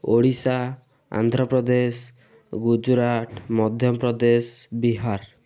Odisha Andhra Pradesh Gujarat Madhya Pradesh Bihar